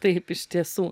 taip iš tiesų